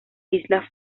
isla